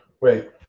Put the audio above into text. wait